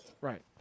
Right